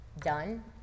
done